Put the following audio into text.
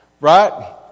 right